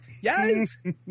Yes